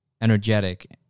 energetic